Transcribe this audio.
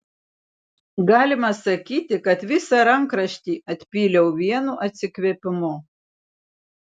galima sakyti kad visą rankraštį atpyliau vienu atsikvėpimu